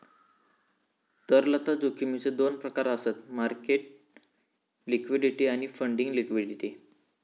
तरलता जोखमीचो दोन प्रकार आसत मार्केट लिक्विडिटी आणि फंडिंग लिक्विडिटी